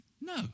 No